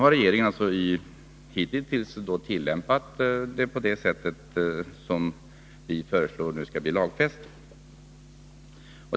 Regeringen har hitintills tillämpat bestämmelserna på det sätt som vi nu föreslår skall bli lagfäst.